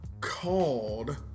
called